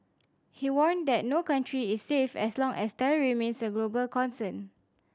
he warned that no country is safe as long as terror remains a global concern